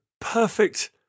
perfect